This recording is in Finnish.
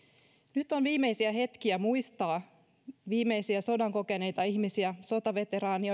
nyt on viimeisiä hetkiä muistaa viimeisiä sodan kokeneita ihmisiä sotaveteraaneja